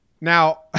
Now